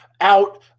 out